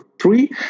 three